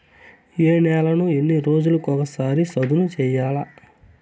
ఏ నేలను ఎన్ని రోజులకొక సారి సదును చేయల్ల?